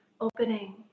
opening